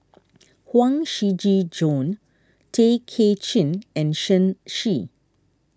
Huang Shiqi Joan Tay Kay Chin and Shen Xi